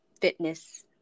fitness